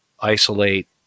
Isolate